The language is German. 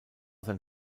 sein